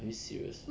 are you serious